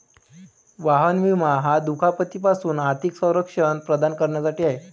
वाहन विमा हा दुखापती पासून आर्थिक संरक्षण प्रदान करण्यासाठी आहे